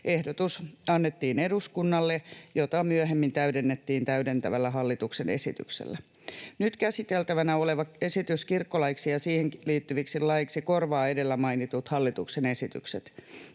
Ehdotus annettiin eduskunnalle, ja sitä myöhemmin täydennettiin täydentävällä hallituksen esityksellä. Nyt käsiteltävänä oleva esitys kirkkolaiksi ja siihen liittyviksi laeiksi korvaa edellä mainitut hallituksen esitykset.